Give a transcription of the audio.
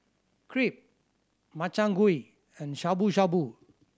Crepe Makchang Gui and Shabu Shabu